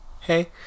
hey